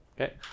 Okay